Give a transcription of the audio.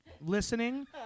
listening